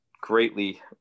greatly